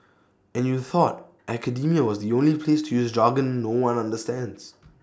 and you thought academia was the only place to use jargon no one understands